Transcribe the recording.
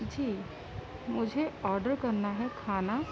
جی مجھے آڈر کرنا ہے کھانا